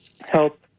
help